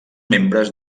membres